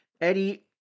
Eddie